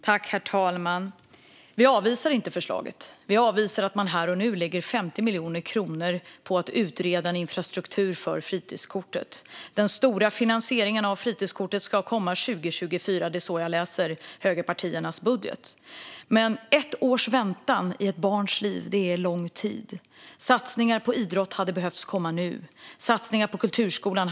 Herr talman! Vi avvisar inte förslaget. Vi avvisar att man här och nu lägger 50 miljoner kronor på att utreda en infrastruktur för fritidskortet. Den stora finansieringen av fritidskortet ska komma 2024; det är så jag läser högerpartiernas budget. Men ett års väntan i ett barns liv är lång tid, och satsningar på idrott hade behövt komma nu, liksom satsningar på kulturskolan.